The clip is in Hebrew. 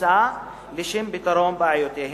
הנחוצה לשם פתרון בעיותיהם,